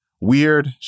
Weird